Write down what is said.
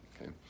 okay